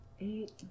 Eight